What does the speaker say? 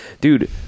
dude